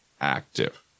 active